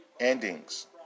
endings